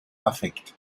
affekt